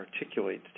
articulates